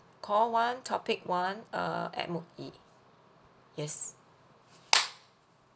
call one topic one err M_O_E yes